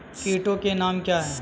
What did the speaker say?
कीटों के नाम क्या हैं?